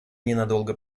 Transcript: ненадолго